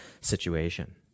situation